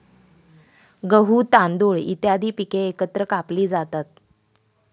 गहू, तांदूळ इत्यादी पिके एकत्र कापली जातात